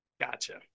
gotcha